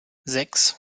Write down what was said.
sechs